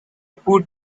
put